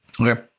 Okay